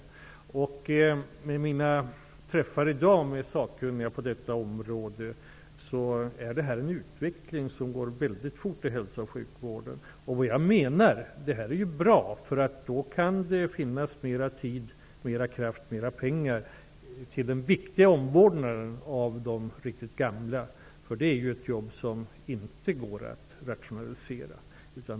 Såvitt jag förstår av mina träffar i dag med sakkunniga på detta område går denna utveckling väldigt fort inom hälso och sjukvården. Det är bra. Då finns det mer tid, kraft och pengar till den viktiga omvårdnaden av de riktigt gamla. Det är ju ett jobb som inte går att rationalisera.